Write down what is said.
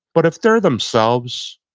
but if they're themselves,